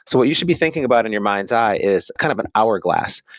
so what you should be thinking about in your mind's eye is kind of an hourglass,